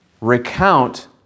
recount